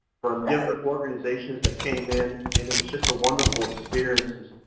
from different organizations that came in, and it was just a wonderful experience.